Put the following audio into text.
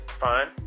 fine